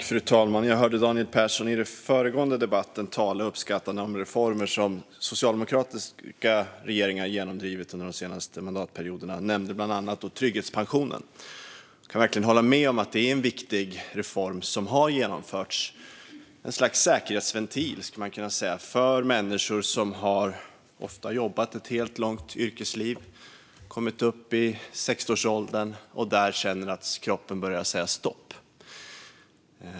Fru talman! I den föregående debatten hörde jag Daniel Persson tala uppskattande om reformer som socialdemokratiska regeringar genomdrivit under de senaste mandatperioderna. Han nämnde bland annat trygghetspensionen. Jag kan verkligen hålla med om att det är en viktig reform som har genomförts. Man skulle kunna säga att detta är ett slags säkerhetsventil för människor som ofta har jobbat ett långt yrkesliv, kommit upp i 60-årsåldern och där känner att kroppen börjar säga stopp.